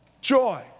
joy